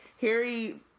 Harry